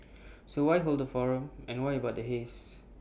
so why hold forum and why about the haze